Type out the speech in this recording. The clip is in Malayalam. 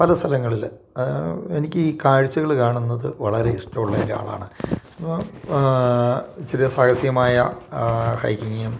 പല സ്ഥലങ്ങളിൽ എനിക്ക് ഈ കാഴ്ചകൾ കാണുന്നത് വളരെ ഇഷ്ട്ടമുള്ള ഒരാളാണ് അപ്പം ചെറിയ സാഹസ്യമായ ഹൈക്കിങ്ങും